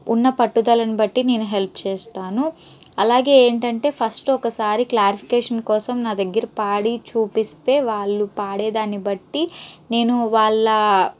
ఉన్న పట్టుదలను బట్టి నేను హెల్ప్ చేస్తాను అలాగే ఏంటంటే ఫస్ట్ ఒకసారి క్లారిఫికేషన్ కోసం నా దగ్గర పాడి చూపిస్తే వాళ్ళు పాడేదాన్ని బట్టి నేను వాళ్ళ